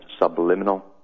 subliminal